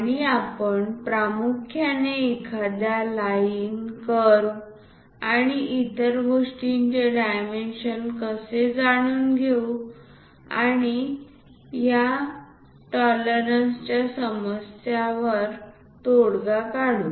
आणि आपण प्रामुख्याने एखाद्या लाईन कर्व आणि इतर गोष्टींचे डायमेंशन कसे जाणून घेऊ आणि या टॉलरन्सच्या समस्येवर तोडगा काढू